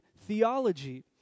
theology